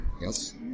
Yes